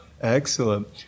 Excellent